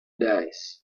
dies